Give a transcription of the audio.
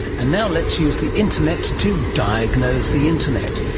and now let's use the internet to diagnose the internet.